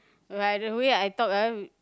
by the way I talk ah